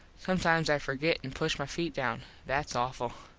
sometimes i forget and push my feet down. that's awful.